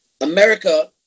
America